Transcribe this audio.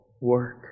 work